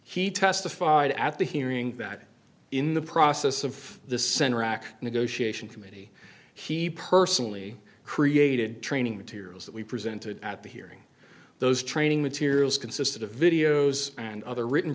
he testified at the hearing that in the process of the center rock negotiation committee he personally created training materials that we presented at the hearing those training materials consisted of videos and other written